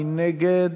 מי נגד?